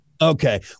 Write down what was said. Okay